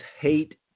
hate